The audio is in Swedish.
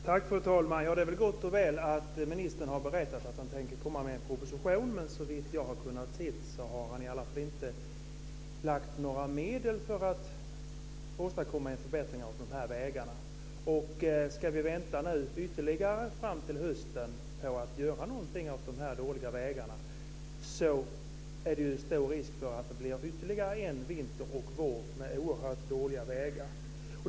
Fru talman! Det är gott och väl att ministern har berättat att han tänker komma med en proposition, men såvitt jag har kunnat se har han i alla fall inte lagt fram några medel för att åstadkomma en förbättring av de här vägarna. Om vi ska vänta ytterligare fram till hösten på att göra någonting åt de här dåliga vägarna är det ju stor risk för att det blir ytterligare en vinter och en vår med oerhört dåliga vägar.